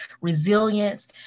resilience